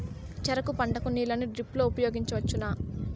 చెరుకు పంట కు నీళ్ళని డ్రిప్ లో ఉపయోగించువచ్చునా?